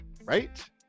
right